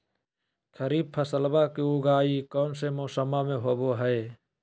खरीफ फसलवा के उगाई कौन से मौसमा मे होवय है?